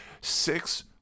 Six